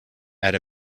add